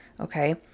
okay